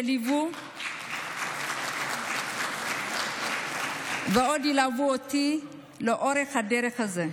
שליוו ועוד ילוו אותי לאורך הדרך הזו.